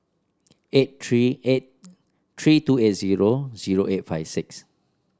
eight three eight three two eight zero zero eight five six